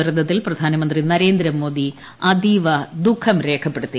ദുരന്തത്തിൽ പ്രധാനമന്ത്രി നരേന്ദ്രമോദി അതീവ ദുഖം രേഖപ്പെടുത്തി